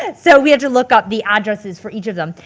and so we had to look up the addresses for each of them.